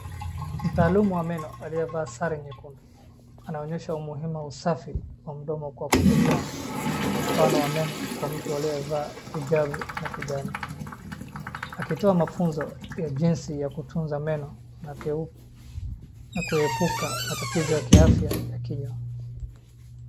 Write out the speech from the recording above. Mtaluumu wa meno aliyevaa sare nyekundu anaonyesha umuhimu wa usafi wa usafi wa mdomo kwa kutumia mfano wa meno kwa mtu aliyevaa hijabu ya kijani. Akitoa mafunzo ya jinsi ya kutunza meno nakuepuka matatizo ya kiafya ya kinywa.